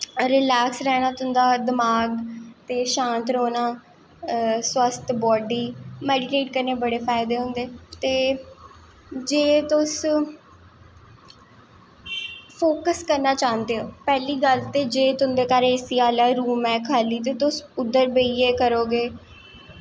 relax रैह्ना तुं'दा दमाक ते शांत रौह्ना स्वास्थ बॉडी मेडिटेट कन्नै बड़े फायदे होंदे ते जे तुस फोक्स करना चाहंदे ओ पैह्ली गल्ल ते जे तुं'दे घर ए सी आह्ला रूम ऐ खा'ल्ली ते तुस उद्धर बेहियै करो गे